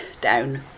down